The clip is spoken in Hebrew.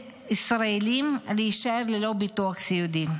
מיליון ישראלים להישאר ללא ביטוח סיעודי.